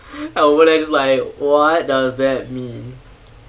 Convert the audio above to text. I'm over there just like what does that mean